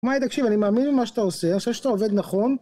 תקשיב, אני מאמין במה שאתה עושה, אני חושב שאתה עובד נכון